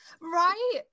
right